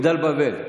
מגדל בבל.